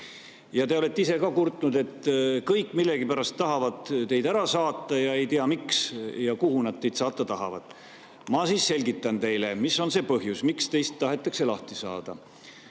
Te olete ise ka kurtnud, et kõik tahavad millegipärast teid ära saata ja ei tea, miks ja kuhu nad teid saata tahavad. Ma siis selgitan teile, mis on see põhjus, miks teist tahetakse lahti